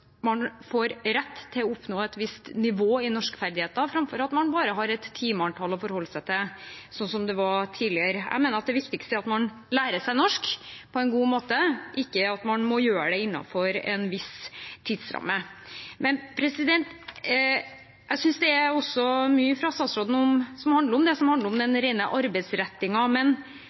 man bare har et timeantall å forholde seg til, slik det var tidligere. Jeg mener det viktigste er at man lærer seg norsk på en god måte, ikke at man må gjøre det innenfor en viss tidsramme. Det kommer mye fra statsråden som handler om ren arbeidsretting, men jeg synes det er mindre om det som går på ren kompetanse. Også når jeg leser hele Hurdalsplattformen, synes jeg heller ikke det generelt er noen større og nye ideer om